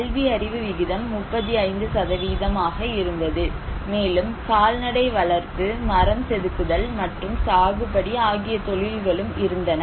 கல்வியறிவு விகிதம் 35 ஆக இருந்தது மேலும் கால்நடை வளர்ப்பு மரம் செதுக்குதல் மற்றும் சாகுபடி ஆகிய தொழில்களும் இருந்தன